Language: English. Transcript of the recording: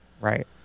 Right